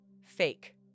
fake